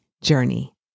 journey